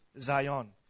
Zion